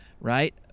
Right